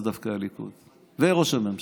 זה דווקא הליכוד וראש הממשלה.